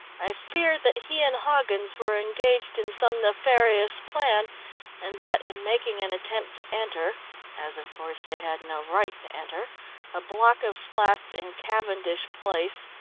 i fear that he and hoggins were engaged in some nefarious plan and that in making an attempt to enter as, of course, they had no right to enter a block of flats in cavendish place,